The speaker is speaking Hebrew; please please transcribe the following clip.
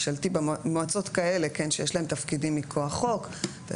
במועצות כאלה שיש להן תפקידים מכוח חוק והן